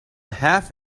half